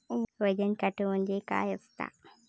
वजन काटो म्हणजे काय असता?